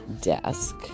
desk